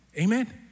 Amen